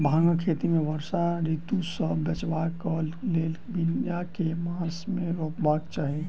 भांगक खेती केँ वर्षा ऋतु सऽ बचेबाक कऽ लेल, बिया केँ मास मे रोपबाक चाहि?